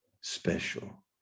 special